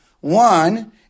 One